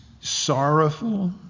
sorrowful